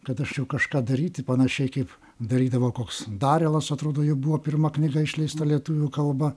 kad aš jau kažką daryti panašiai kaip darydavo koks darelas atrodo jo buvo pirma knyga išleista lietuvių kalba